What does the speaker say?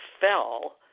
fell